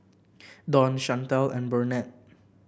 Don Shantell and Burnett